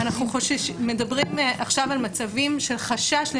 אנחנו מדברים עכשיו על מצבים של חשש